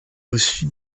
reçu